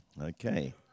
Okay